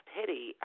pity